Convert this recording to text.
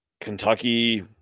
Kentucky